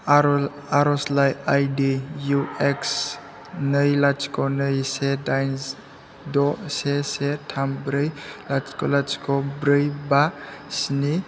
आरजलाइ आइ डि इउ एक्स नै लाथिख' नै से दाइन द' से से थाम ब्रै लाथिख' लाथिख' ब्रै बा स्नि